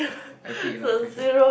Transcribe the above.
I pick another question